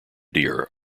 deer